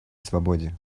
свободе